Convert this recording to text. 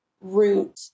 root